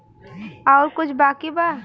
और कुछ बाकी बा?